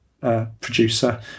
producer